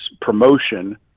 promotion